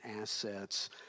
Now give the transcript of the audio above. assets